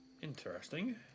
Interesting